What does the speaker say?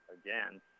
Again